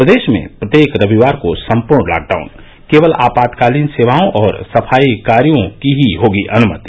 प्रदेश में प्रत्येक रविवार को सम्पूर्ण लॉकडाउन केवल आपातकालीन सेवाओं और सफाई कार्यो की ही होगी अन्मति